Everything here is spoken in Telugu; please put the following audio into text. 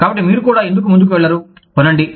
కాబట్టి మీరు కూడా ఎందుకు ముందుకు వెళ్లరు కొనండి